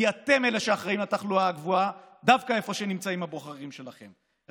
כי אתם אלה שאחראים לתחלואת הגבוהה דווקא איפה שנמצאים הבוחרים שלכם,